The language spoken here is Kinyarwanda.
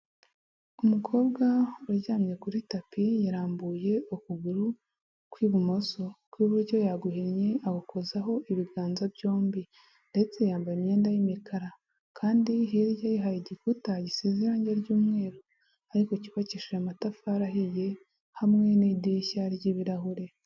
Umukobwa uryamye kuri tapi yarambuye ukuguru kw'ibumoso, ukw'iburyo yaguhinnye agukozaho ibiganza byombi, ndetse yambaye imyenda y'imikara, kandi hirya ye hari igikuta gisize irange ry'umweru ariko cyubakishije amatafari ahiye hamwe n'idirishya ry'ibirahure.